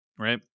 right